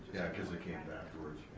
cause it cam afterwards,